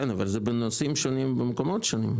כן, אבל זה בנושאים שונים, במקומות שונים.